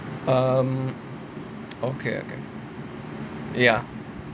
um okay okay ya